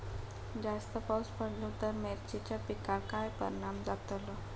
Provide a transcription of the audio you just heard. जास्त पाऊस पडलो तर मिरचीच्या पिकार काय परणाम जतालो?